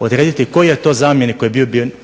odrediti koji je to zamjenik